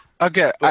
okay